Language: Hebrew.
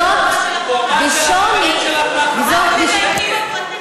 של החברים שלך מה"חמאס".